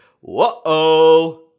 Whoa